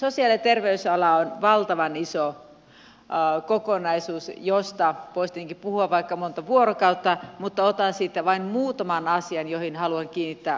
sosiaali ja terveysala on valtavan iso kokonaisuus josta voisi tietenkin puhua vaikka monta vuorokautta mutta otan siitä vain muutaman asian joihin haluan kiinnittää huomiota